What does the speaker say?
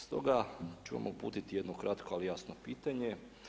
Stoga ću vam uputiti jedno kratko ali jasno pitanje.